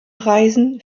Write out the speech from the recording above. reisen